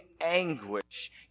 anguish